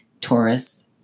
Taurus